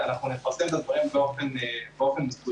ואנחנו נפרסם את הדברים באופן מסודר.